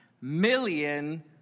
million